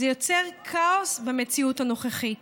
זה יוצר כאוס במציאות הנוכחית,